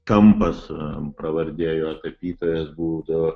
kampas pravardė jo tapytojas būdavo